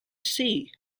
see